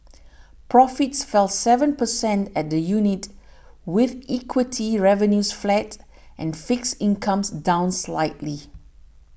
profits fell seven percent at the unit with equity revenues flat and fixed incomes down slightly